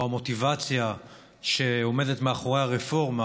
או המוטיבציה שעומדת מאחורי הרפורמה